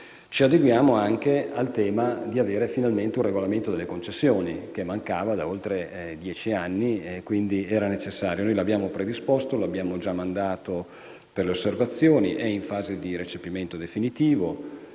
- adottiamo anche, finalmente, un regolamento delle concessioni, che mancava da oltre dieci anni e che era necessario. Lo abbiamo predisposto, lo abbiamo mandato per le osservazioni ed è in fase di recepimento definitivo.